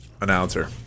announcer